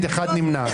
8 נמנעים,